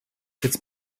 its